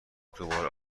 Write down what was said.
دوباره